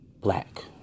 black